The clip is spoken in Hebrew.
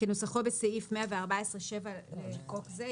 כנוסחו בסעיף 114(7) לחוק זה,